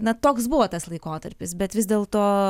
na toks buvo tas laikotarpis bet vis dėlto